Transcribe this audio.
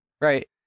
Right